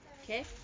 Okay